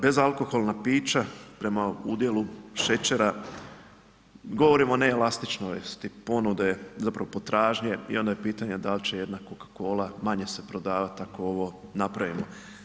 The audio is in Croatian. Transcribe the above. Bezalkoholna pića prema udjelu šećera, govorimo o neelastičnosti ponude, zapravo potražnje i onda je pitanje da li će jedna coca cola manje se prodavati ako ovo napravimo.